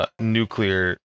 nuclear